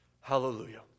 Hallelujah